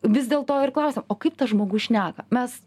vis dėl to ir klausiam o kaip tas žmogus šneka mes